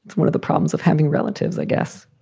one of the problems of having relatives, i guess